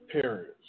parents